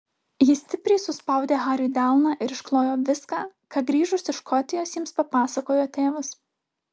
ji stipriai suspaudė hariui delną ir išklojo viską ką grįžus iš škotijos jiems papasakojo tėvas